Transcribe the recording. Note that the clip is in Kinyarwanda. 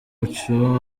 mucyo